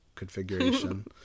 Configuration